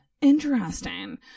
Interesting